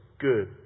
good